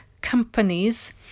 companies